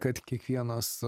kad kiekvienas